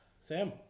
Sam